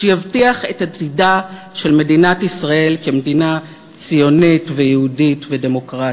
שיבטיח את עתידה של מדינת ישראל כמדינה ציונית ויהודית ודמוקרטית.